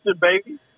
baby